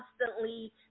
constantly